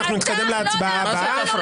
אנחנו נתקדם להצבעה הבאה.